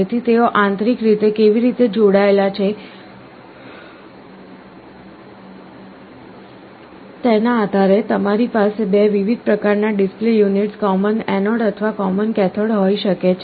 તેથી તેઓ આંતરિક રીતે કેવી રીતે જોડાયેલા છે તેના આધારે તમારી પાસે 2 વિવિધ પ્રકારનાં ડિસ્પ્લે યુનિટ્સ કૉમન એનોડ અથવા કૉમન કૅથોડ હોઈ શકે છે